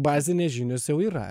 bazinės žinios jau yra